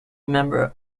member